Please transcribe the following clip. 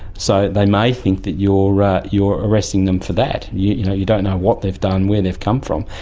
so they may think that ah you are arresting them for that. you you know you don't know what they've done, where they've come from,